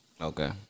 okay